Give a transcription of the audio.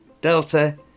delta